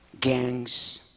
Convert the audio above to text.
gangs